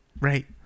Right